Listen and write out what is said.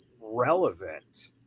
relevant